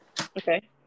okay